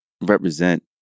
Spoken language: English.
represent